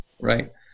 right